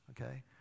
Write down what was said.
okay